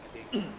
I think